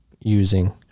using